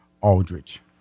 Aldrich